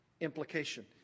implication